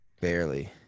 barely